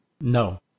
No